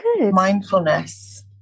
Mindfulness